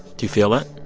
do you feel it?